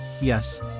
yes